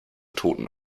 toten